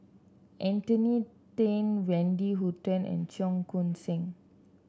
Anthony Then Wendy Hutton and Cheong Koon Seng